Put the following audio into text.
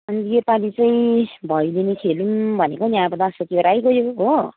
अनि योपालि चाहिँ भैलिनी खेलौँ भनेको नि अब दसैँ तिहार आइगयो हो